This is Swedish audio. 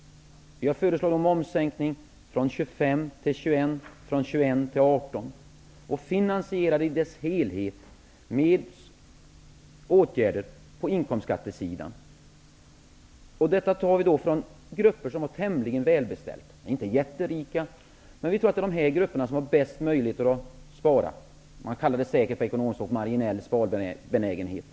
Vi har föreslagit en momssänkning från 25 % till 21 % och från 21 % till 18 %. Vi finansierar den i dess helhet med åtgärder på inkomstskattesidan. Detta tar vi från grupper som är tämligen välbeställda. De är inte jätterika, men vi tror att det är dessa grupper som har bäst möjligheter att spara. Man kallar det säkert på ekonomspråk för marginell sparbenägenhet.